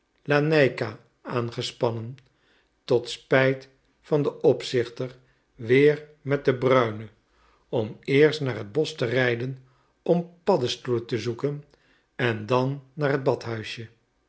de laneika aangespannen tot spijt van den opzichter weer met den bruine om eerst naar het bosch te rijden om paddestoelen te zoeken en dan naar het badhuisje